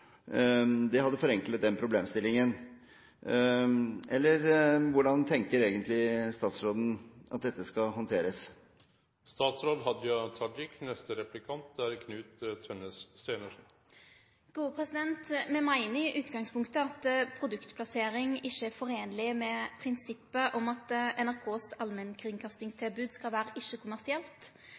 Det hadde forenklet den problemstillingen. Eller hvordan tenker egentlig statsråden at dette skal håndteres? Me meiner i utgangspunktet at produktplassering ikkje samsvarer med prinsippet om at NRK sitt allmennkringkastingstilbod skal vere ikkje-kommersielt. Me legg òg til grunn at